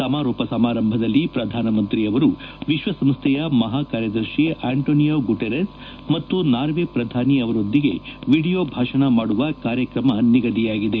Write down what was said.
ಸಮಾರೋಪ ಸಮಾರಂಭದಲ್ಲಿ ಪ್ರಧಾನಮಂತ್ರಿ ಅವರು ವಿಶ್ವಸಂಸ್ಥೆಯ ಮಹಾ ಕಾರ್ಯದರ್ಶಿ ಆಂಟಾನಿಯೊ ಗುಟೆರೆಸ್ ಮತ್ತು ನಾರ್ವೆ ಪ್ರಧಾನಿ ಅವರೊಂದಿಗೆ ವಿಡಿಯೋ ಭಾಷಣ ಮಾಡುವ ಕಾರ್ಯಕ್ರಮ ನಿಗದಿಯಾಗಿದೆ